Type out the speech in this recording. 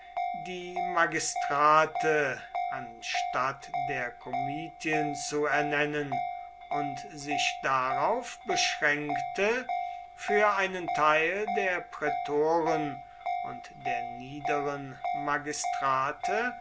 die magistrate anstatt der komitien zu ernennen und sich darauf beschränkte für einen teil der prätoren und der niederen magistrate